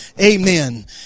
Amen